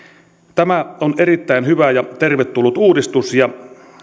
tämä on erittäin hyvä ja tervetullut uudistus